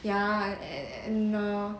ya and and in a